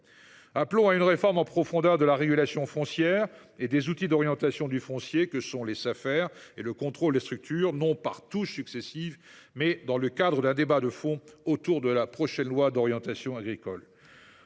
Appelons à une refonte en profondeur de la régulation foncière et des outils d’orientation du foncier que sont les Safer et au contrôle des structures non par touches successives, mais dans le cadre d’un débat de fond autour du projet de loi d’orientation et